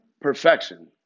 perfection